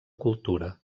cultura